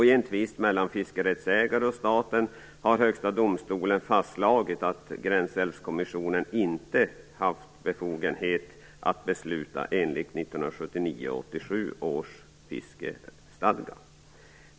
I en tvist mellan fiskerättsägare och staten har Högsta domstolen fastslagit att Gränsälvskommissionen inte har haft befogenhet att besluta enligt 1979 och 1987 års fiskestadga.